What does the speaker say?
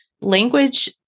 language